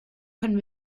können